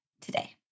today